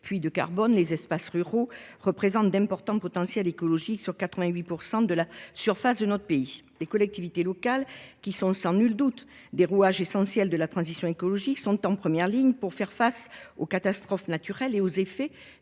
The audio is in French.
puits de carbone, les espaces ruraux représentent d’importants potentiels écologiques sur 88 % de la surface de notre pays. Les collectivités locales, qui sont sans nul doute des rouages essentiels de la transition écologique, sont en première ligne pour faire face aux catastrophes naturelles et aux effets